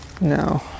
No